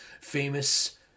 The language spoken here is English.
famous